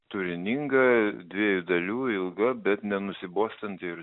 turininga dviejų dalių ilga bet nenusibostanti ir